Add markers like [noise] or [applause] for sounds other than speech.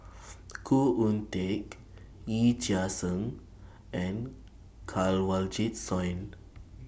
[noise] Khoo Oon Teik Yee Chia Hsing and Kanwaljit Soin